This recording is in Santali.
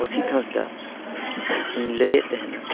ᱚᱥᱤᱛ ᱦᱟᱸᱥᱫᱟᱧ ᱞᱟᱹᱭ ᱮᱫ ᱛᱟᱦᱮᱱᱟ